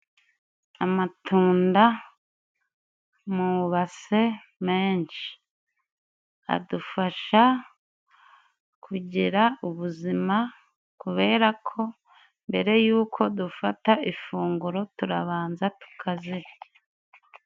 Amatunda mu base menshi. Adufasha kugira ubuzima, kubera ko mbere y'uko dufata ifunguro turabanza tukazirya.